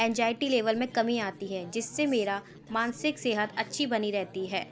anxiety level में कमी आती है जिससे मेरा मानसिक सेहत अच्छी बनी रहती है